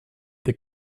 that